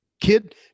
Kid